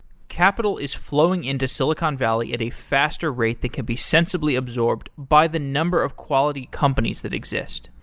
capital is flowing into silicon valley at a faster rate that could be sensibly absorbed by the number of quality companies that exist.